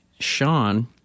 Sean